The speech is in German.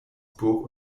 burg